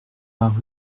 vingts